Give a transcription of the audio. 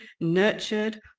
nurtured